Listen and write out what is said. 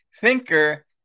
thinker